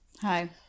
Hi